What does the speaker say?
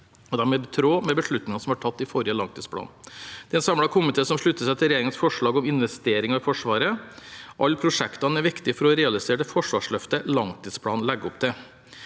De er i tråd med beslutninger som har vært tatt i forbindelse med forrige langtidsplan. Det er en samlet komité som slutter seg til regjeringens forslag om investeringer i Forsvaret. Alle prosjektene er viktige for å realisere det forsvarsløftet langtidsplanen legger opp til.